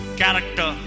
character